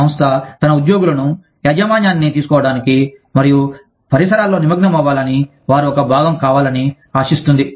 సంస్థ తన ఉద్యోగులను యాజమాన్యాన్ని తీసుకోవటానికి మరియు పరిసరాలలో నిమగ్నమవ్వాలని వారు ఒక భాగం కావాలని ఆశిస్తుంది